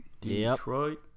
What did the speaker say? Detroit